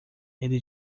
ele